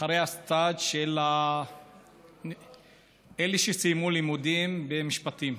אחרי הסטאז' של אלה שסיימו לימודים במשפטים.